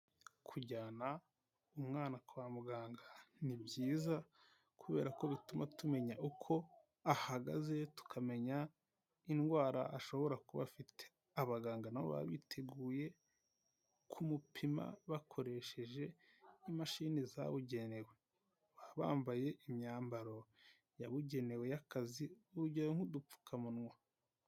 Kujyana umwana kwa muganga ni byiza kubera ko bituma tumenya uko ahagaze, tukamenya indwara ashobora kuba afite. Abaganga na bo baba biteguye kumupima bakoresheje imashini zabugenewe, baba bambaye imyambaro yabugenewe y'akazi urugero nk'udupfukamunwa.